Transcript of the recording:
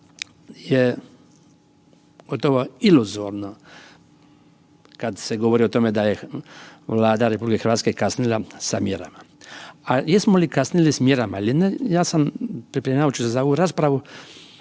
je gotovo iluzorno kada se govori o tome da je Vlada RH kasnila sa mjerama. A jesmo li kasnili sa mjerama ili ne, ja sam pripremajući se za ovu raspravu